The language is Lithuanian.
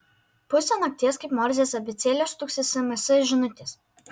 pusę nakties kaip morzės abėcėlė stuksi sms žinutės